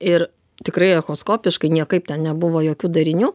ir tikrai echoskopiškai niekaip ten nebuvo jokių darinių